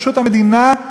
פשוט המדינה,